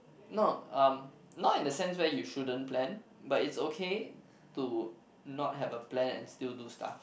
no um not in the sense where you shouldn't plan but it's okay to not have a plan and still do stuff